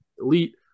elite